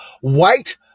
white